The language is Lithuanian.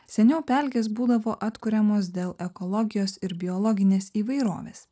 seniau pelkės būdavo atkuriamos dėl ekologijos ir biologinės įvairovės